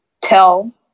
tell